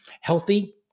healthy